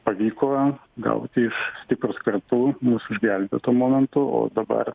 pavyko gauti iš stiprūs kartu mus išgelbėjo tuo momentu o dabar